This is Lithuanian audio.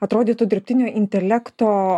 atrodytų dirbtinio intelekto